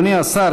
אדוני השר,